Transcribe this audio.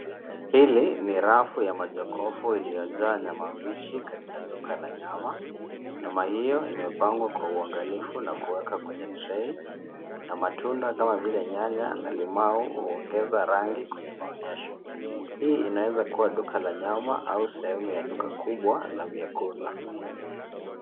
Hili ni rafu ya majakofu iliyojaa nyama mbichi katika duka la nyama. Nyama hiyo imepangwa kwa uangalifu na kuwekwa kwenye tray na matunda kama vile nyanya na limau huongeza rangi kwenye maonyesho. Hii inaweza kuwa duka la nyama au sehemu ya duka kubwa la vyakula.